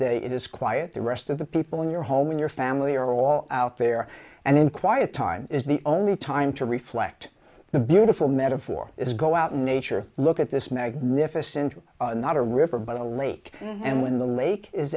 it is quiet the rest of the people in your home and your family are all out there and in quiet time is the only time to reflect the beautiful metaphor is go out in nature look at this magnificent not a river but a lake and when the lake